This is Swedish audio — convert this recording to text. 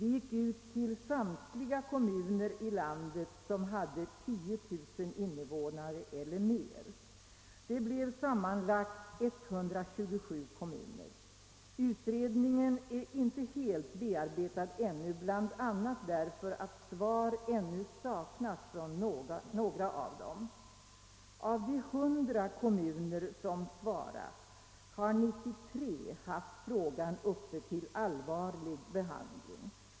Vi gick ut till samtliga kommuner i landet, som hade 10 000 invånare eller fler, med ett frågeformulär. Det blev sammanlagt 127 kommuner. Utredningen är ännu inte helt bearbetad, bl.a. därför att svar fortfarande saknas från några av kommunerna. Av de 100 kommuner som svarat har 93 haft frågan uppe till allvarlig behandling.